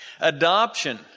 Adoption